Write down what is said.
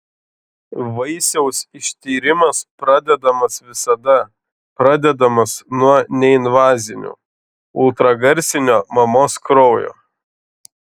vaisiaus ištyrimas pradedamas visada pradedamas nuo neinvazinių ultragarsinio mamos kraujo